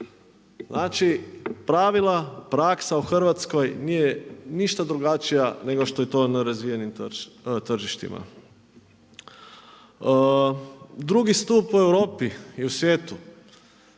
Znači pravila, praksa u Hrvatskoj nije ništa drugačija nego što je na razvijenim tržištima. Drugi stup u Europi i u svijetu,